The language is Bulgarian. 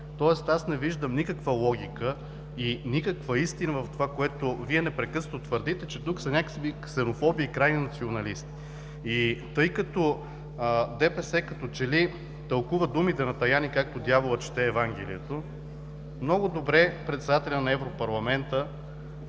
Тоест не виждам никаква логика и никаква истина в това, което Вие непрекъснато твърдите – че тук са някакви ксенофоби и крайни националисти. Тъй като ДПС като че ли тълкува думите на Таяни както дяволът чете евангелието, председателят на Европарламента